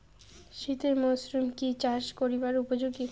শীতের মরসুম কি চাষ করিবার উপযোগী?